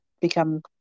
become